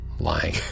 Lying